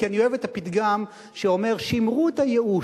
כי אני אוהב את הפתגם שאומר: שמרו את הייאוש,